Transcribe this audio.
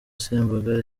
sembagare